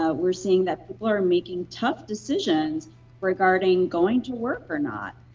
ah we're seeing that people are making tough decisions regarding going to work or not.